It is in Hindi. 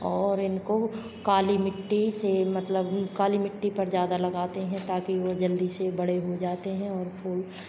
और इनको काली मिट्टी से मतलब काली मिट्टी पर ज़्यादा लगाते हैं ताकि वो जल्दी से बड़े हो जाते हैं और फूल